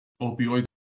opioids